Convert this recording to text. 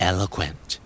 Eloquent